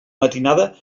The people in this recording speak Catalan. matinada